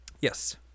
Yes